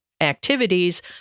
activities